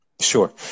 Sure